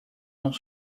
dans